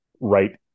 right